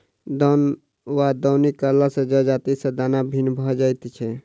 दौन वा दौनी करला सॅ जजाति सॅ दाना भिन्न भ जाइत छै